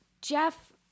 Jeff